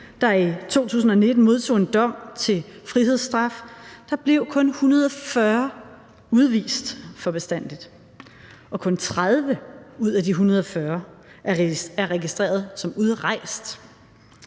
der i 2019 modtog en dom til frihedsstraf, blev kun 140 udvist for bestandig, og kun 30 ud af de 140 er registreret som udrejst.